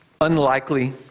unlikely